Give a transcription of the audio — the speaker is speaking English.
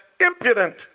impudent